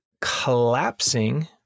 collapsing